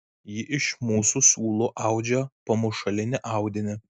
ji iš mūsų siūlų audžia pamušalinį audinį